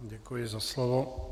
Děkuji za slovo.